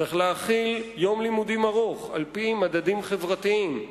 צריך להחיל יום לימודים ארוך על-פי מדדים חברתיים.